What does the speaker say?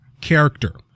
character